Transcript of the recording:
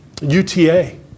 UTA